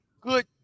good